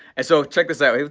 and so check this out.